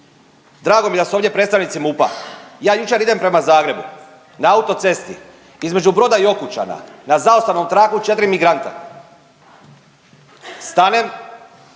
Drago mi je da su ovdje predstavnici MUP-a. Ja jučer idem prema Zagrebu, na autocesti između Broda i Okučana na zaustavnom traku 4 migranta. Stanem